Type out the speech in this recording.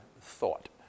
thought